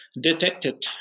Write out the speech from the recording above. detected